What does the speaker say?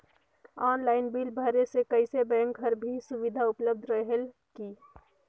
Online bill भरे से कइसे बैंक कर भी सुविधा उपलब्ध रेहेल की?